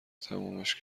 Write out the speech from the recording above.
تمومش